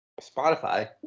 Spotify